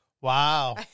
Wow